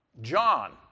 John